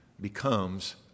becomes